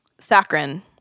saccharin